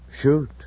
Shoot